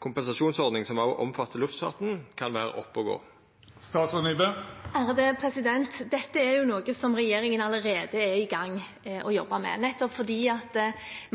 kompensasjonsordning som òg omfattar luftfarten, kan vera oppe og gå? Dette er noe som regjeringen allerede er i gang med og jobber med, nettopp fordi vi